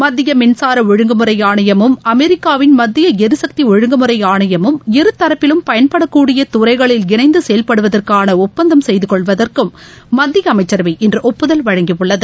மத்திய மின்சார ஒழுங்குமுறை ஆணையமும் அமெரிக்காவின் மத்திய எரிசக்தி ஒழுங்குமுறை ஆனையமும் இருதரப்பிலும் பயன்படக்கூடிய துறைகளில் இனைந்து செயல்படுவதற்கான ஒப்பந்தம் செய்துக் கொள்வதற்கும் மத்திய அமைச்சரவை இன்று ஒப்புதல் வழங்கியுள்ளது